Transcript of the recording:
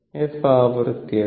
F ആവൃത്തിയാണ്